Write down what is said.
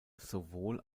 sowohl